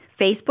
Facebook